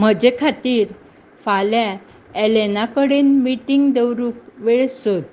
म्हजे खातीर फाल्यां एलेना कडेन मिटिंग दवरूंक वेळ सोद